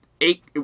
eight